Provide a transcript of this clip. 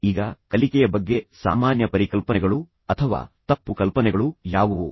ಈಗ ಕಲಿಕೆಯ ಬಗ್ಗೆ ಸಾಮಾನ್ಯ ಪರಿಕಲ್ಪನೆಗಳು ಅಥವಾ ತಪ್ಪು ಕಲ್ಪನೆಗಳು ಯಾವುವು